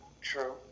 true